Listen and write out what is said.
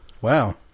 Wow